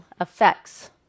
effects